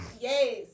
Yes